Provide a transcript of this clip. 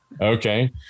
Okay